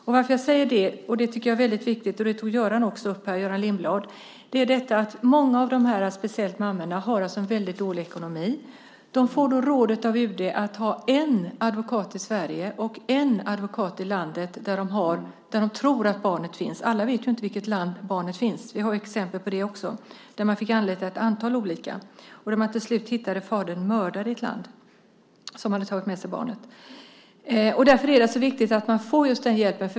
Anledningen till att jag säger det är, något som också Göran Lindblad tog upp och som är väldigt viktigt, att många av de här, speciellt mammorna, har väldigt dålig ekonomi. De får rådet av UD att ha en advokat i Sverige och en advokat i det land där de tror att barnet finns. Alla vet inte i vilket land barnet finns. Vi har exempel på det också. Där fick man leta i ett antal olika länder och där man till slut hittade fadern mördad i ett land dit han hade tagit med sig barnet. Därför är det så viktigt att man får den hjälpen.